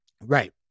right